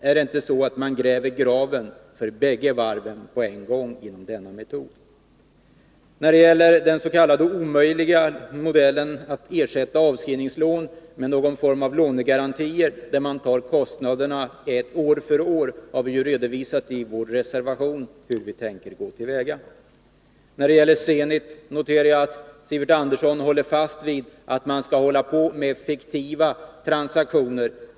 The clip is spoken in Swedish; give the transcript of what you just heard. Gräver man inte graven för bägge varven på en gång med denna metod? Vi moderater har i vår reservation redovisat den s.k. omöjliga modellen — att ersätta avskrivningslån med någon form av lånegarantier, där man tar kostnaderna år från år. Jag noterar att Sivert Andersson, beträffande Zenit, håller fast vid metoden med fiktiva transaktioner.